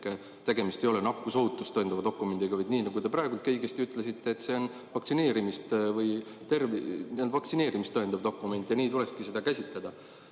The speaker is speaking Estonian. Ehk tegemist ei ole nakkusohutust tõendava dokumendiga, vaid nii, nagu te praegu õigesti ütlesite, vaktsineerimist tõendava dokumendiga, ja nii tulekski seda käsitleda.